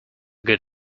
good